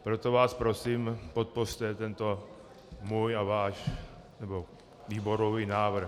Proto vás prosím, podpořte prosím tento můj a váš, nebo výborový návrh.